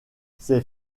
ces